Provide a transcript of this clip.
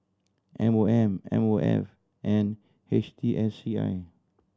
M O M M O F and H T S C I